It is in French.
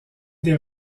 des